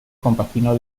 compaginó